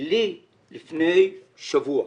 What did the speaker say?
לי לפני שבוע.